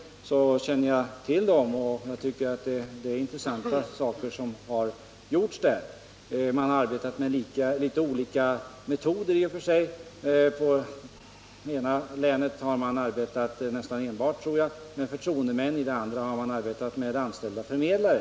Jag känner till dessa erfarenheter och tycker att det är intressanta saker som har gjorts. Man har arbetat med litet olika metoder. I det ena länet tror jag att man nästan enbart arbetat med förtroendemän, medan man i det andra har arbetat med anställda förmedlare.